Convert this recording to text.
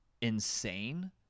insane